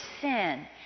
sin